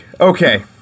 Okay